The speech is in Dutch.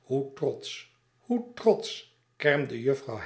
hoe trotsch hoe trotsch kermde jufvrouw